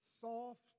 soft